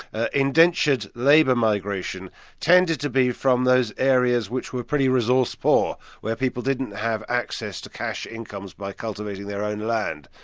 ah indentured labour migration tended to be from those areas which were pretty resource poor, where people didn't have access to cash incomes by cultivating their own land.